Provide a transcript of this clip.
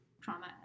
trauma